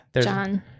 John